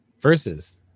Versus